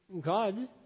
God